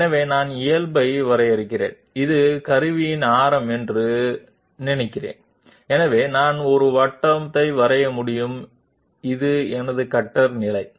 కాబట్టి మేము నార్మల్ ని గీస్తాము ఇది టూల్ రేడియస్ అని అనుకుందాం కాబట్టి మేము ఒక సర్కిల్ ని గీయగలము మరియు ఇది మన కట్టర్ పొజిషన్